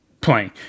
playing